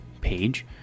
page